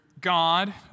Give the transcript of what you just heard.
God